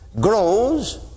grows